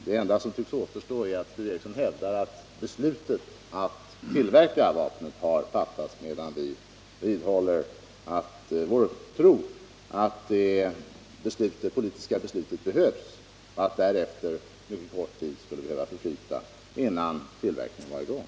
Det enda som tycks återstå är att Sture Ericson hävdar att beslutet att tillverka vapnet har fattats, medan vi vidhåller vår tro att det politiska beslutet erfordras och att därefter mycket kort tid skulle behöva förflyta innan tillverkning var i gång.